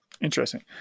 Interesting